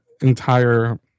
entire